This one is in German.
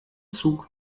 zug